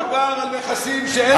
מדובר על נכסים שאין,